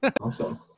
awesome